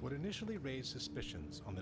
what initially racist missions on the